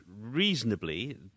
reasonably